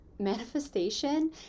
manifestation